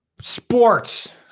sports